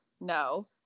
No